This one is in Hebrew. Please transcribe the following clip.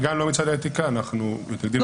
גם לא מצד האתיקה אנחנו מתנגדים לזה.